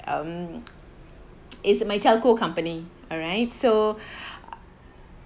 um is my telco company alright so